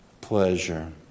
pleasure